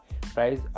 price